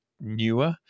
newer